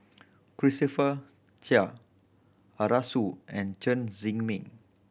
Christopher Chia Arasu and Chen Zhiming